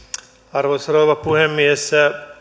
arvoisa rouva puhemies